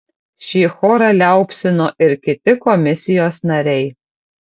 šį chorą liaupsino ir kiti komisijos nariai